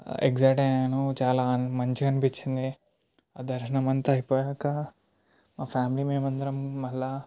excite అయ్యాను చాలా మంచిగా అనిపించింది ఆ దర్శనం అంతా అయిపోయాక మా ఫ్యామిలీ మేమందరము మళ్ళ